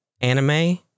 anime